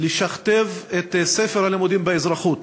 לשכתוב ספר הלימודים באזרחות.